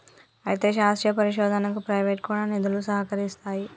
అయితే శాస్త్రీయ పరిశోధనకు ప్రైవేటు కూడా నిధులు సహకరిస్తాయి